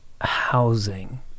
housing